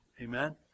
Amen